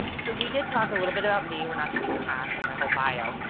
so we did talk a little bit about me. we are not going to rehash my whole bio,